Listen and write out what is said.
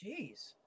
Jeez